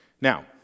Now